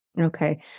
Okay